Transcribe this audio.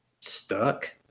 stuck